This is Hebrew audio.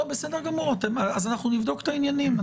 בסדר גמור, אז אנחנו נבדוק את העניינים.